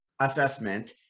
assessment